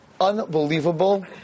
unbelievable